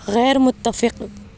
غیر متفق